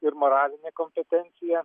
ir moralinė kompetencija